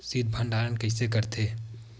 शीत भंडारण कइसे करथे?